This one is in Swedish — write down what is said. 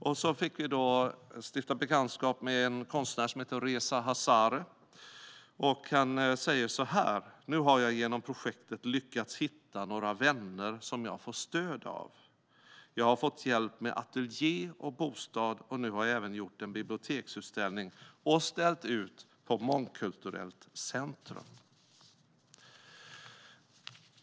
Vi fick stifta bekantskap med konstnären Reza Hazare. Han sa att han genom projektet lyckats hitta vänner som han får stöd av, att han har fått hjälp med ateljé och bostad och att han nu även gjort en biblioteksutställning och ställt ut på Mångkulturellt centrum.